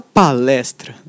palestra